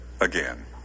again